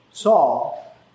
Saul